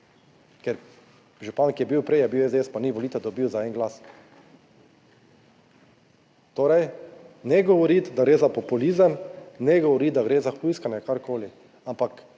Ker župan, ki je bil prej, je bil SDS, pa ni volitev dobil za en glas. Torej ne govoriti, da gre za populizem, ne govoriti, da gre za hujskanje ali karkoli,